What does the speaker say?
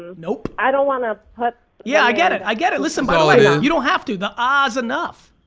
ah nope. i don't wanna put yeah, i get it, i get it. listen, by the way, yeah you don't have to the ahs enough.